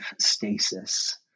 stasis